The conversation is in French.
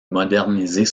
moderniser